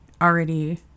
already